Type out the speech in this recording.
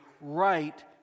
right